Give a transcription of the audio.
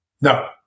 No